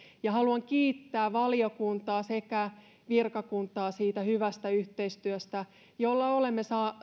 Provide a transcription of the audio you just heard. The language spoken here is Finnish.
ja haluan kiittää valiokuntaa sekä virkakuntaa siitä hyvästä yhteistyöstä jolla olemme